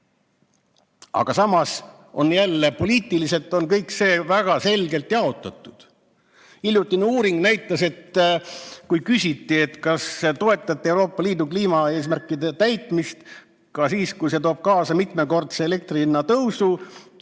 Aga samas on poliitiliselt kõik see väga selgelt jaotatud. Hiljutises uuringus küsiti, kas toetate Euroopa Liidu kliimaeesmärkide täitmist ka siis, kui see toob kaasa mitmekordse elektri hinna tõusu.